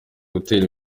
gutera